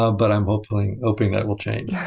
ah but i'm hoping hoping that will change. yeah